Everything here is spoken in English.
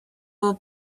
will